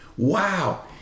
Wow